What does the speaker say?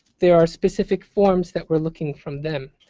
there are specific forms that we're looking from them.